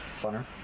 Funner